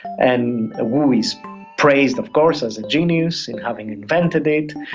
and wu is praised, of course, as a genius in having invented it.